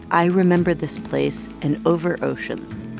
i remember this place, and over oceans,